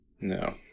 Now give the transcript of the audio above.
no